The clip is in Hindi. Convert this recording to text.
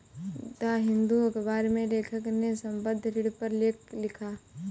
द हिंदू अखबार में लेखक ने संबंद्ध ऋण पर लेख लिखा